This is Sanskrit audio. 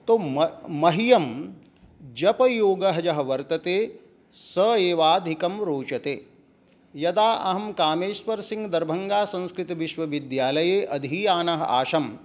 तो म मह्यं जपयोगः यः वर्तते स एवाधिकं रोचते यदा अहं कामेश्वर् सिङ्ग् दर्भङ्गा संस्कृतविश्वविद्यालये अधीयानः आसम्